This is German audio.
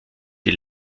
die